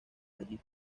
allí